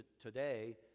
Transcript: today